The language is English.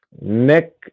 Nick